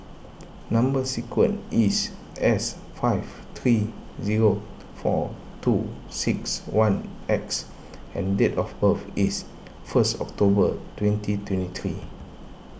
Number Sequence is S five three zero four two six one X and date of birth is first October twenty twenty three